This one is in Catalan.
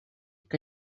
que